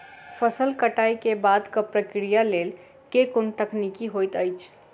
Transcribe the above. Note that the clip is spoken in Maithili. फसल कटाई केँ बादक प्रक्रिया लेल केँ कुन तकनीकी होइत अछि?